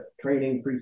training